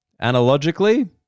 Analogically